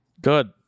Good